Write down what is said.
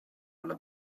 alla